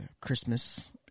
Christmas